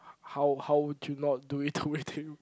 how how do you not do it do you